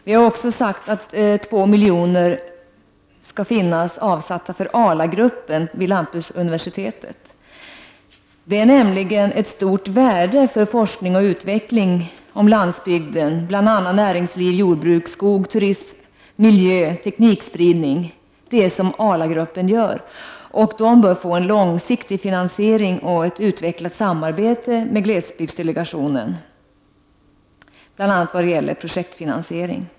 Vi har också avsatt 2 milj.kr. för ALA-gruppen vid lantbruksuniversitetet. Det är nämligen ett stort värde för forskning och utveckling när det gäller landsbygden, bl.a. näringsliv, jordbruk, skog, turism, miljö och teknikspridning. Det är detta ALA-gruppen gör, och den bör få en långsiktig finansiering och ett utvecklat samarbete med glesbygdsdelegationen vad gäller projektfinansiering.